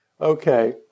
Okay